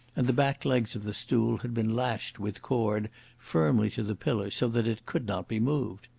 and the back legs of the stool had been lashed with cord firmly to the pillar, so that it could not be moved.